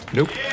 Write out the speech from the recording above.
Nope